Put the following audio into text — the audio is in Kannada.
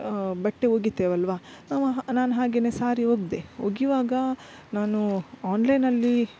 ಬಟ್ಟೆ ಒಗಿತೇವಲ್ವಾ ನಾವು ನಾನು ಹಾಗೇ ಸಾರಿ ಒಗೆದೆ ಒಗಿವಾಗ ನಾನು ಆನ್ಲೈನಲ್ಲಿ